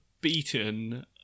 beaten